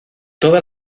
toda